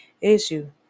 issue